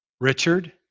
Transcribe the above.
Richard